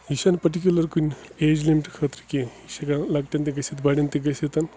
یہِ چھَنہٕ پٔٹِکیوٗلَرُ کُنہِ ایج لِمِٹ خٲطرٕ کیٚنٛہہ یہِ چھِ ہٮ۪کان لۄکٹٮ۪ن تہِ گٔژھِتھ بڑٮ۪ن تہِ گٔژھِتھ